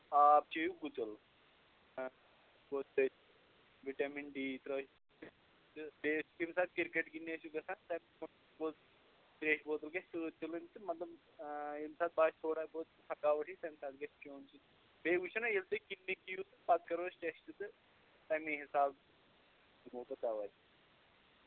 آب چیٚیِو گُتُل وِٹَمِن ڈی تہٕ بیٚیہِ ییٚمہِ ساتہٕ کِرکَٹ گِنٛدنہِ ٲسِو گژھان ترٛیشہِ بوتل گژھِ سۭتۍ تُلٕنۍ تہٕ مطلب ییٚمہِ ساتہٕ باسہِ تھوڑا بہت تھَکاوَٹ ہِش تَمہِ ساتہٕ گژھِ چیوٚن سُہ بیٚیہِ وٕچھو نہ ییٚلہِ تُہۍ کِلنِک یِیِو تہٕ پَتہٕ کَرو أسۍ ٹٮ۪سٹ تہٕ تَمی حِسابہٕ دِمو دَوا